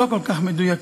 לא כל כך מדויקים.